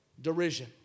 derision